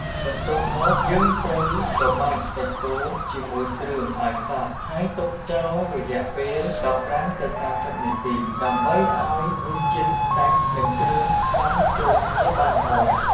បន្ទាប់មក យើងត្រូវច្របាច់សាច់គោជាមួយគ្រឿងឲ្យសព្វហើយទុកចោលរយៈពេល ១៥ ទៅ ៣០ នាទី ដើម្បីឲ្យរសជាតិសាច់ និងគ្រឿងផ្សំចូលគ្នាបានល្អ។